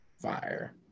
fire